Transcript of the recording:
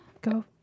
go